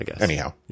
Anyhow